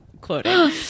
quoting